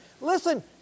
Listen